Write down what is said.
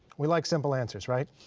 we like simple answers, right?